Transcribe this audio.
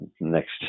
next